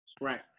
Right